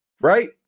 right